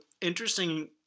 interesting